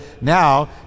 now